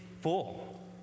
full